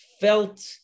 felt